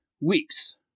weeks